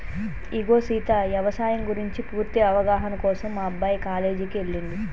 ఇగో సీత యవసాయం గురించి పూర్తి అవగాహన కోసం మా అబ్బాయి కాలేజీకి ఎల్లిండు